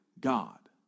God